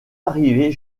arrivés